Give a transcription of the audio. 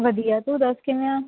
ਵਧੀਆ ਤੂੰ ਦੱਸ ਕਿਵੇਂ ਆ